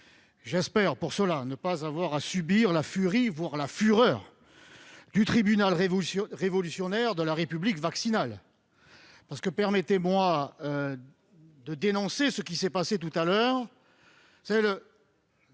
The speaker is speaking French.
J'espère ne pas avoir à subir la furie, voire la fureur, du tribunal révolutionnaire de la République vaccinale ... Permettez-moi de dénoncer ce qu'il s'est passé voilà quelques